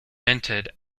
minted